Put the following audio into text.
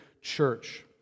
church